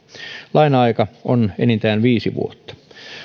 laina aika on enintään viisi vuotta